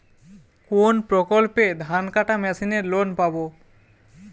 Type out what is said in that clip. কোন প্রকল্পে ধানকাটা মেশিনের লোন পাব?